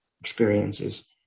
experiences